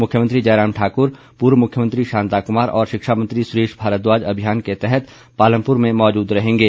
मुख्यमंत्री जयराम ठाकुर पूर्व मुख्यमंत्री शांता कुमार और शिक्षा मंत्री सुरेश भारद्वाज अभियान के तहत पालमपुर में मौजूद रहेंगे